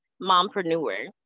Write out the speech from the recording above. mompreneur